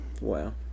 Wow